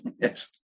Yes